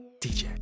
DJ